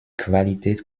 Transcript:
qualität